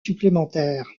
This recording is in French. supplémentaire